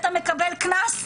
אתה מקבל קנס?